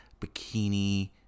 bikini